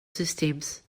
systems